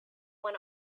when